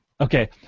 Okay